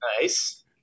Nice